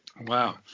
Wow